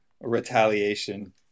retaliation